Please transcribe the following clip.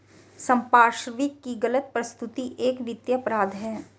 संपार्श्विक की गलत प्रस्तुति एक वित्तीय अपराध है